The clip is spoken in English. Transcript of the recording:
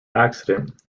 accident